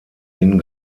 hin